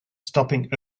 stopping